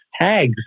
tags